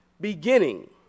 beginning